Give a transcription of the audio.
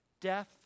death